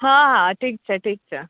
હા હા ઠીક છે ઠીક છે